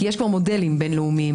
כי יש כבר מודלים בין לאומיים.